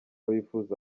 bifuza